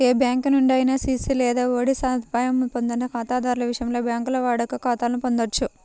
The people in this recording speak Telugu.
ఏ బ్యాంకు నుండి అయినా సిసి లేదా ఓడి సదుపాయం పొందని ఖాతాదారుల విషయంలో, బ్యాంకులు వాడుక ఖాతాలను పొందొచ్చు